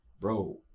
bro